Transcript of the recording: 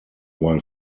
while